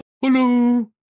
Hello